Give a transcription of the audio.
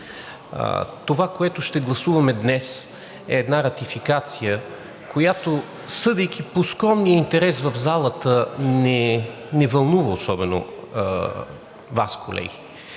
Това, което ще гласуваме днес, е една Ратификация, която, съдейки по скромния интерес в залата, не вълнува особено Вас, колеги,